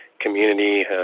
community